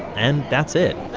and that's it.